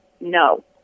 no